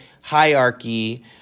hierarchy